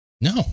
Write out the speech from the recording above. No